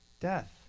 Death